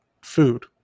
food